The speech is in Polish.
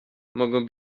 mogą